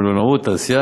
המלונאות והתעשייה,